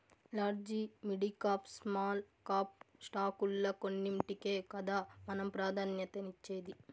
large, midcap, small cap స్టాకుల్ల కొన్నింటికే కదా మనం ప్రాధాన్యతనిచ్చేది